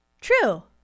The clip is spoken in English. True